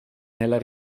nella